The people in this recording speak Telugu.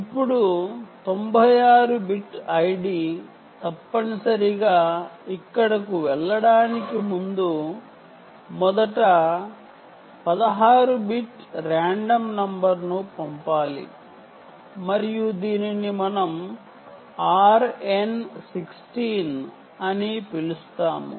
ఇప్పుడు 96 బిట్ ID తప్పనిసరిగా ఇక్కడకు వెళ్ళడానికి ముందు మొదట 16 బిట్ రాండమ్ నంబర్ను పంపాలి మరియు దీనిని మనం RN16 అని పిలుస్తాము